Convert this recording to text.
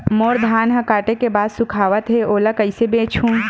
मोर धान ह काटे के बाद सुखावत हे ओला कइसे बेचहु?